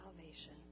salvation